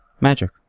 Magic